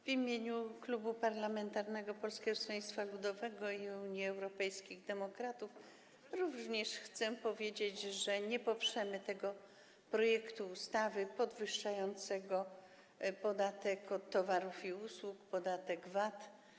W imieniu Klubu Poselskiego Polskiego Stronnictwa Ludowego - Unii Europejskich Demokratów również chcę powiedzieć, że nie poprzemy tego projektu ustawy podwyższającego podatek od towarów i usług, podatek VAT.